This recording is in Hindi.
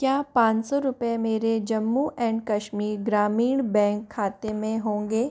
क्या पाँच सौ रुपये मेरे जम्मू एंड कश्मीर ग्रामीण बैंक खाते में होंगे